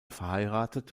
verheiratet